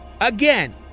Again